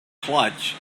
clutch